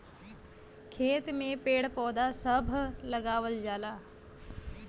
खेत में पेड़ पौधा सभ लगावल जाला